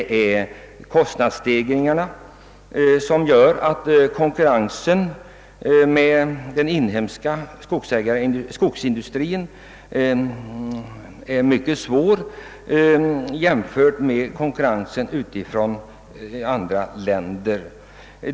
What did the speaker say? På grund av kostnadsstegringarna har den inhemska skogsindustrin mycket svårt att hävda sig i konkurrensen med andra länder.